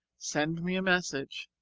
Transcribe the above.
send me a message,